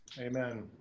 Amen